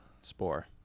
Spore